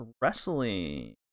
wrestling